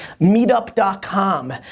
meetup.com